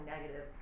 negative